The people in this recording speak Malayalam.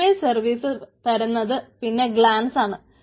ഇമേജ് സർവീസ് തരുന്നത് പിന്നെ ഗ്ലാൻസ് ആണ്